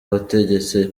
wategetse